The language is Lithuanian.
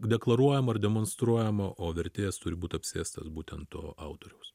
deklaruojama ir demonstruojama o vertėjas turi būt apsėstas būtent to autoriaus